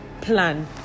plan